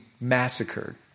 massacred